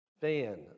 fan